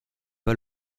pas